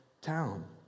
town